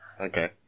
Okay